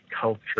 culture